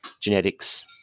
genetics